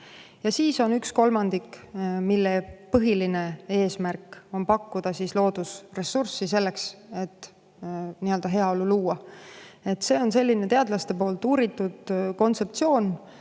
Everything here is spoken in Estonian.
Ja siis on üks kolmandik, mille põhiline eesmärk on pakkuda loodusressurssi selleks, et heaolu luua. See on teadlaste uuritud kontseptsioon,